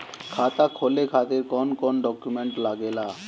खाता खोले खातिर कौन कौन डॉक्यूमेंट लागेला?